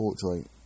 portrait